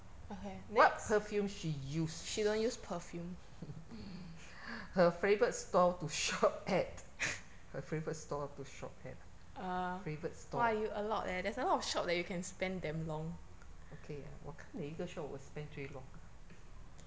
what perfume she use her favourite store to shop at her favourite store to shop at favourite store ah okay ah 我看哪一个 shop 我 spend 最 long